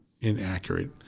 inaccurate